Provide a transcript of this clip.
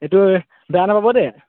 এইটো বেয়া নাপাব দেই